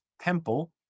temple